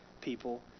people